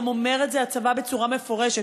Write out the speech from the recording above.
אומר את זה גם הצבא בצורה מפורשת,